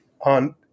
on